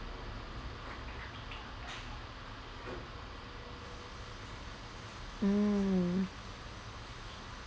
mm